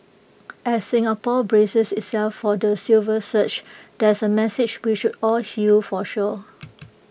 as Singapore braces itself for the silver surge that's A message we should all heal for sure